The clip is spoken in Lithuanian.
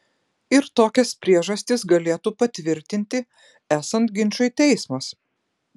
ir tokias priežastis galėtų patvirtinti esant ginčui teismas